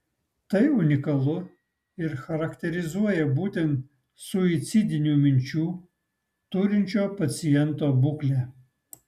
tai unikalu ir charakterizuoja būtent suicidinių minčių turinčio paciento būklę